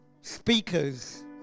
speakers